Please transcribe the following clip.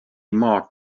marked